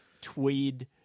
tweed